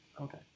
okay